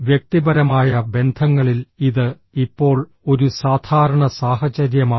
വ്യക്തിപരമായ ബന്ധങ്ങളിൽ ഇത് ഇപ്പോൾ ഒരു സാധാരണ സാഹചര്യമാണ്